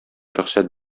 рөхсәт